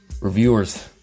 Reviewers